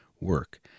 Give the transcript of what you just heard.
work